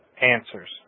answers